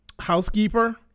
housekeeper